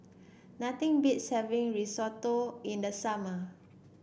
nothing beats having Risotto in the summer